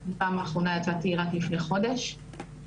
אמרו לי לדבר על אלימות טכנולוגית.